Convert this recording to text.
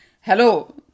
hello